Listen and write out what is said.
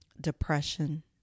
depression